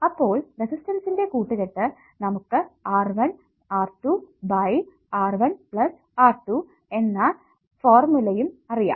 അപ്പോൾ റെസിസ്റ്റൻസിന്റെ കൂട്ടുകെട്ട് നമുക്ക് R1 R2 by R1 plus R2 എന്ന ഫോർമുലയും അറിയാം